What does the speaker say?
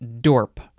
Dorp